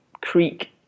creek